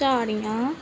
ਝਾੜੀਆਂ